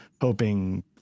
hoping